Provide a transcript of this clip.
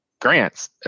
grants